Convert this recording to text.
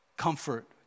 comfort